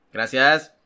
Gracias 。